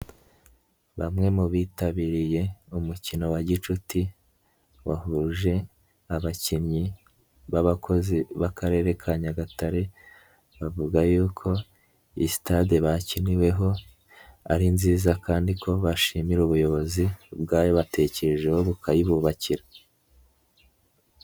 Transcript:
Bamwe mu bitabiriye umukino wa gicuti wahuje abakinnyi b'abakozi b'akarere ka Nyagatare bavuga yuko iyi sitade bakiniweho ari nziza kandi ko bashimira ubuyobozi bwayobatekerejeho bukayibubakira.